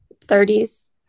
30s